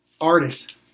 artist